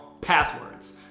passwords